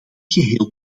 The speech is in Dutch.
geheel